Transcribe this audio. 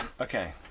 Okay